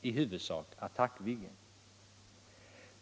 i huvudsak Attackviggen.